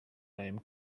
name